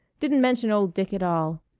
didn't mention old dick at all.